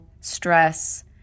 stress